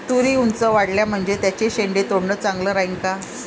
तुरी ऊंच वाढल्या म्हनजे त्याचे शेंडे तोडनं चांगलं राहीन का?